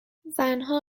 زنها